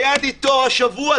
היה לי תור השבוע,